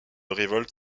révoltes